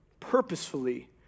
purposefully